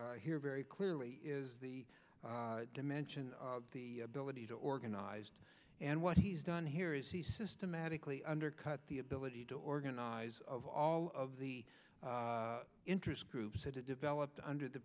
here very clearly is the dimension of the ability to organize and what he's done here is he systematically undercut the ability to organize of all of the interest groups that have developed under the